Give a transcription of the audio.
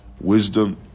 wisdom